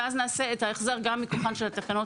ואז נעשה את ההחזר גם מכוחן של התקנות